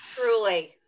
Truly